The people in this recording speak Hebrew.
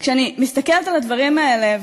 כשאני מסתכלת על הדברים האלה,